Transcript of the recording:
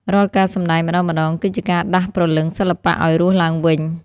រាល់ការសម្ដែងម្ដងៗ គឺជាការដាស់ព្រលឹងសិល្បៈឱ្យរស់ឡើងវិញ។